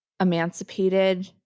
emancipated